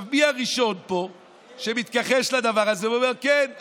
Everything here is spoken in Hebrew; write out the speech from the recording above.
מי הראשון פה שמתכחש לדבר הזה ואומר: כן,